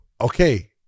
Okay